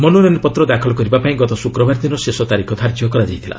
ମନୋନୟନପତ୍ର ଦାଖଲ କରିବା ପାଇଁ ଗତ ଶୁକ୍ରବାର ଦିନ ଶେଷ ତାରିଖ ଧାର୍ଯ୍ୟ କରାଯାଇଥିଲା